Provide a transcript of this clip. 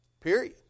period